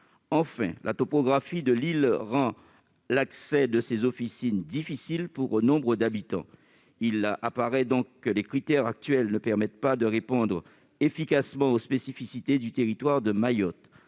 Enfin, la topographie de l'île rend l'accès à ces officines difficiles pour nombre d'habitants. Il apparaît donc que les critères actuels ne permettent pas de répondre efficacement aux spécificités du territoire de Mayotte.